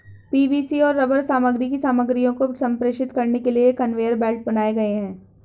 PVC और rubber सामग्री की सामग्रियों को संप्रेषित करने के लिए कन्वेयर बेल्ट बनाए गए हैं